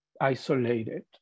isolated